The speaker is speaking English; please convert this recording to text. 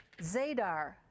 Zadar